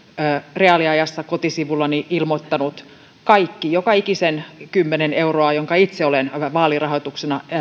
reaaliajassa kotisivullani ilmoittanut kaikki joka ikisen kymmenen euroa mitä itse olen vaalirahoituksena